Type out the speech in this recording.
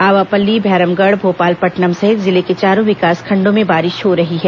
आवापल्ली भैरमगढ़ भोपालपट्टनम सहित जिले के चारों विकासखंडों में बारिश हो रही है